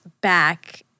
back